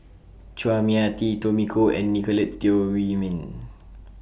Chua Mia Tee Tommy Koh and Nicolette Teo Wei Min